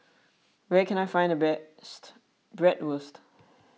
where can I find the best Bratwurst